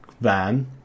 van